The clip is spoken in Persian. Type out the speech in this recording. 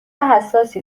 حساسی